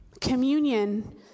Communion